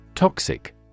Toxic